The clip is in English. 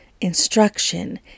instruction